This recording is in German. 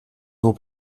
nur